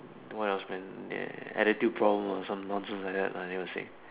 what else man eh attitude problem some nonsense like that lah they will say